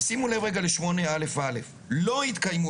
תשימו לב ל-8/א'/א' "..לא יתקיימו